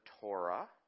Torah